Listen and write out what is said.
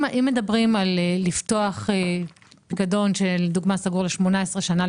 אם מדובר לפתוח פיקדון שלמשל סגרו אותו ל-18 שנה,